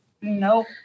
nope